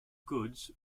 goods